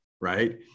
right